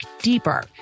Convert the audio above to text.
deeper